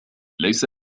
ليس